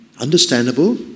Understandable